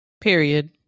period